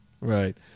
Right